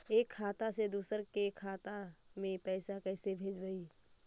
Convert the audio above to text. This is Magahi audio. एक खाता से दुसर के खाता में पैसा कैसे भेजबइ?